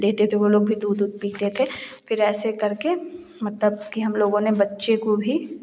देते थे वह लोग भी दूध उध पीते थे फ़िर ऐसे करके मतलब कि हम लोगों ने बच्चे को भी